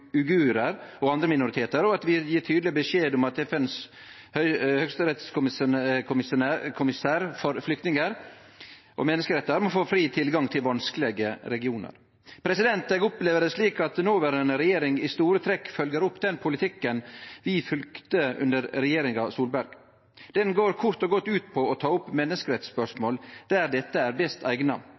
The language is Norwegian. og andre minoritetar, og at vi gjev tydeleg beskjed om at FNs høgkommissær for flyktningar og menneskerettar må få fri tilgang til vanskelege regionar. Eg opplever det slik at den noverande regjeringa i store trekk følgjer opp den politikken vi følgde under Solberg-regjeringa. Den går kort og godt ut på å ta opp menneskerettsspørsmål der dette er best eigna,